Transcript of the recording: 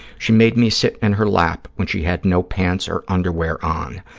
she made me sit in her lap when she had no pants or underwear on.